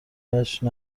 وجه